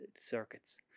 circuits